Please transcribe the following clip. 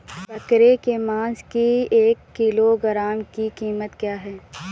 बकरे के मांस की एक किलोग्राम की कीमत क्या है?